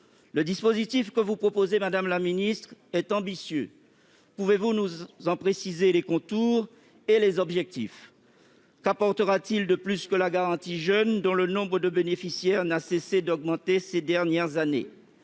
Le dispositif que vous proposez, madame la ministre, est ambitieux. Pouvez-vous nous en préciser les contours et les objectifs ? Qu'apportera-t-il de plus que la garantie jeunes, dont le nombre de bénéficiaires n'a cessé d'augmenter ces dernières années ?